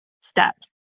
steps